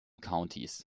counties